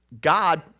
God